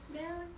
then